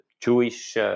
Jewish